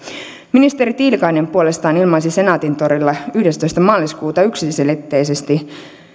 ministeri tiilikainen puolestaan ilmaisi senaatintorilla yhdestoista maaliskuuta yksiselitteisesti